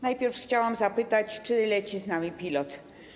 Najpierw chciałam zapytać, czy leci z nami pilot.